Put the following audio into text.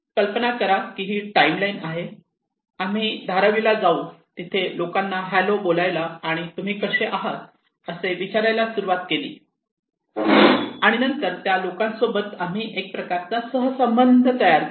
कल्पना करा की ही टाइम लाईन आहे आम्ही धारावी ला जाऊ तेथील लोकांना हॅलो बोलायला आणि तुम्ही कसे आहात असे विचारायला सुरुवात केली आणि नंतर त्या लोकांसोबत आम्ही एक प्रकारचा सहसंबंध तयार केला